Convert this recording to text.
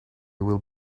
will